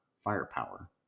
firepower